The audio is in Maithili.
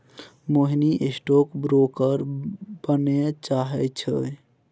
मोहिनी स्टॉक ब्रोकर बनय चाहै छै